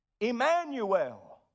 Emmanuel